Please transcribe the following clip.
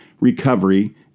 recovery